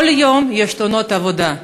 כל יום יש תאונות עבודה.